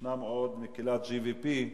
ישנם עוד מקהילת JVP,